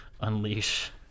unleash